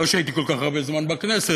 לא שהייתי כל כך הרבה זמן בכנסת,